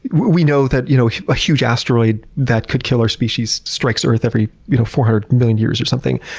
we know that you know a huge asteroid that could kill our species strikes earth every you know four hundred million years or something.